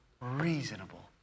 reasonable